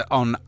on